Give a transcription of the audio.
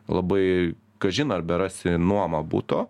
labai kažin ar berasi nuomą buto